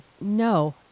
No